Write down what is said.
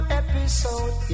episode